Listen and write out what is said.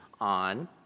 on